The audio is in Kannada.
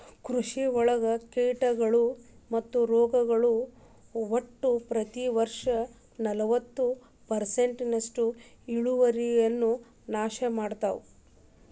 ಕೃಷಿಯೊಳಗ ಕೇಟಗಳು ಮತ್ತು ರೋಗಗಳು ಒಟ್ಟ ಪ್ರತಿ ವರ್ಷನಲವತ್ತು ಪರ್ಸೆಂಟ್ನಷ್ಟು ಇಳುವರಿಯನ್ನ ನಾಶ ಮಾಡ್ತಾವ